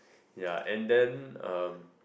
ya and then um